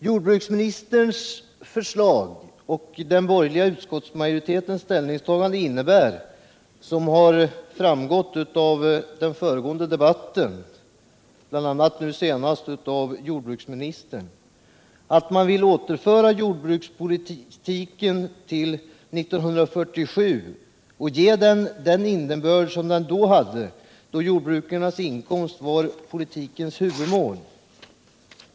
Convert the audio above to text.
Jordbruksministerns förslag och den borgerliga utskottsmajoritetens ställningstaganden innebär, som framgått av den föregående debatten och nu senast av jordbruksministerns inlägg, att man vill återge jordbrukspolitiken den innebörd som den hade 1947, då jordbrukarnas inkomst var politikens huvudmål.